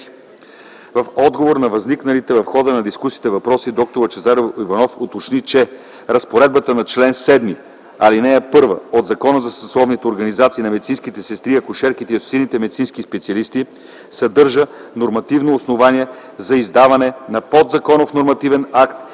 В отговор на възникналите в хода на дискусията въпроси д-р Лъчезар Иванов уточни, че разпоредбата на чл. 7, ал. 1 от Закона за съсловните организации на медицинските сестри, акушерките и асоциираните медицински специалисти съдържа нормативно основание за издаване на подзаконов нормативен акт,